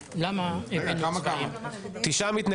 בעד, 9 מתנגדים.